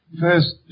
First